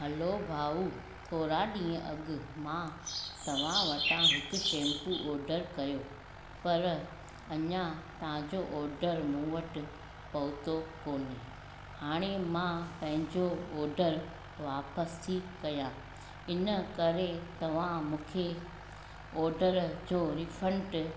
हलो भाउ थोरा ॾींहुं अॻु मां तव्हां वटां हिकु शैंपू ऑडर कयो पर अञा तव्हांजो ऑडर मूं वटि पहुतो कोने हाणे मां पंहिंजो ऑडर वापसि थी कयां इनकरे तव्हां मूंखे ऑडर जो रिफंड